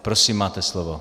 Prosím, máte slovo.